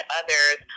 others